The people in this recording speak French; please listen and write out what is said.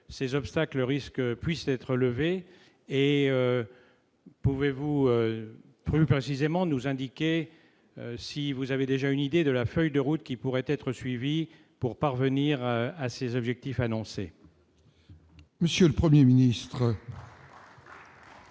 ces obstacles pourront être levés ? Pouvez-vous plus précisément nous indiquer si vous avez déjà une idée de la feuille de route qui pourrait être suivie pour parvenir à ces objectifs annoncés ? La parole est à M. le Premier ministre. Monsieur